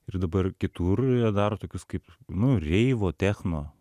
ir dabar kitur jie daro tokius kaip nu reivo techno